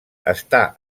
està